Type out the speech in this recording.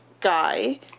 guy